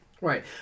Right